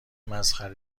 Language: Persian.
مسخره